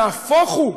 נהפוך הוא,